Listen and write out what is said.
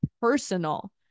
personal